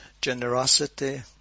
generosity